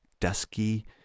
dusky